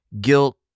Guilt